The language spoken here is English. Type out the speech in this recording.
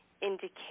indicate